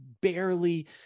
barely